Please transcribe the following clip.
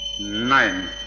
nine